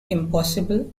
impossible